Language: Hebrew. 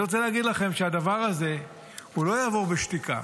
אני רוצה להגיד לכם שהדבר הזה לא יעבור בשתיקה.